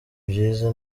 byiza